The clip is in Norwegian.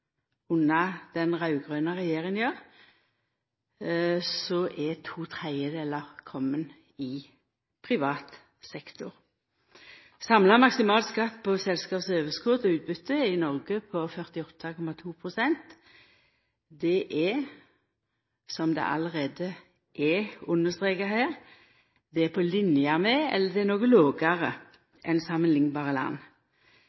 to tredjedelar kome i privat sektor. Samla maksimal skatt på selskapsoverskot og -utbytte er i Noreg på 48,2 pst. Det er, som allereie er understreka her, på linje med eller noko lågare enn i samanliknbare land. Dei særnorske utfordringane for norsk næringsliv er